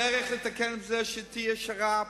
הדרך לתקן את זה היא שיהיה שר"פ,